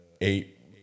eight